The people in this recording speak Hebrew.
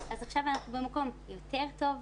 אז עכשיו אנחנו במקום יותר טוב.